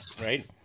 right